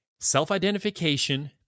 Self-identification